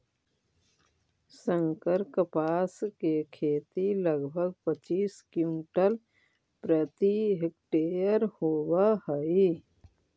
संकर कपास के खेती लगभग पच्चीस क्विंटल प्रति हेक्टेयर होवऽ हई